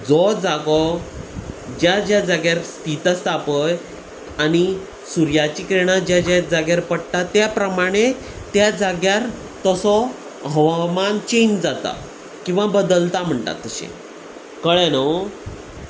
जो जागो ज्या ज्या जाग्यार स्थीत आसता पळय आनी सुर्याची करणा ज्या ज्या जाग्यार पडटा त्या प्रमाणे त्या जाग्यार तसो हवामान चेंज जाता किंवां बदलता म्हणटा तशें कळ्ळें न्हू